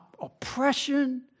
oppression